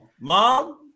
Mom